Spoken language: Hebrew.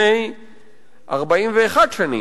לפני 41 שנים,